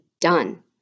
done